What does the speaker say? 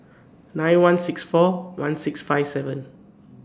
nine one six four one six five seven